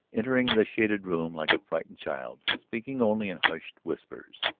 entering the shaded room like a frightened child, speaking only in hushed whispers.